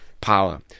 power